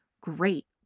great